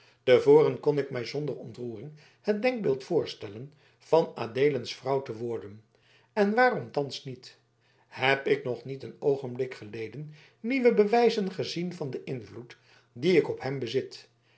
te voren kon ik mij zonder ontroering het denkbeeld voorstellen van adeelens vrouw te worden en waarom thans niet heb ik nog niet een oogenblik geleden nieuwe bewijzen gezien van den invloed dien ik op hem bezit